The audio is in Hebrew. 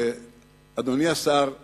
אדוני השר בגין,